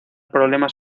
problemas